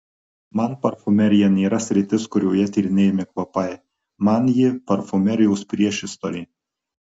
man parfumerija nėra sritis kurioje tyrinėjami kvapai man ji parfumerijos priešistorė